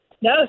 No